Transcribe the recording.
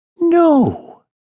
No